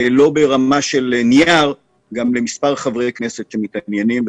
לא ברמה של נייר, למספר חברי כנסת שמתעניינים.